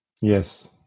Yes